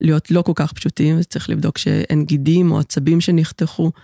להיות לא כל כך פשוטים וצריך לבדוק שאין גידים או עצבים שנחתכו.